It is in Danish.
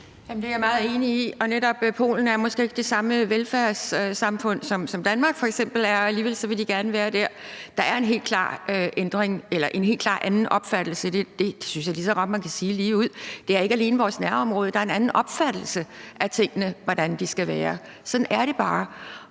Det er jeg meget enig i, og netop Polen er måske ikke det samme velfærdssamfund, som Danmark f.eks. er, og alligevel vil de gerne være der. Der er helt klart en anden opfattelse. Det synes jeg lige så godt man kan sige ligeud. Det er ikke alene vores nærområde, men der er en anden opfattelse af tingene, og hvordan de skal være. Sådan er det bare